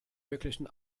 möglichen